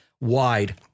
wide